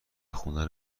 خونه